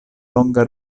longa